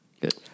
Good